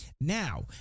Now